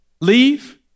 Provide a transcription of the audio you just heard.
Leave